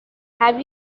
have